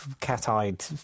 cat-eyed